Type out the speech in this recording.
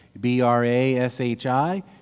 B-R-A-S-H-I